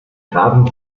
grafen